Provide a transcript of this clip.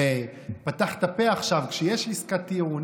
והוא פתח את הפה עכשיו שיש עסקת טיעון,